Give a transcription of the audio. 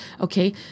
okay